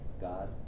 God